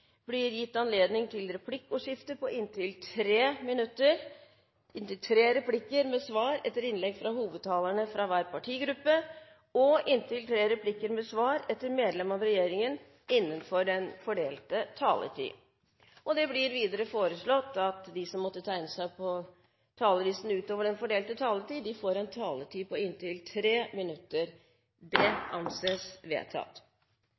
blir gitt anledning til replikkordskifte på inntil tre replikker med svar etter innlegg fra hovedtalerne fra hver partigruppe og inntil tre replikker med svar etter medlem av regjeringen innenfor den fordelte taletid. Videre blir det foreslått av de som måtte tegne seg på talerlisten utover den fordelte taletid, får en taletid på inntil 3 minutter. – Det anses vedtatt.